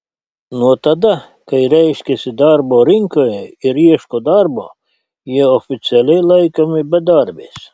nuo tada kai reiškiasi darbo rinkoje ir ieško darbo jie oficialiai laikomi bedarbiais